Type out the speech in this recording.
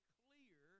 clear